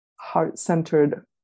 heart-centered